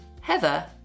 Heather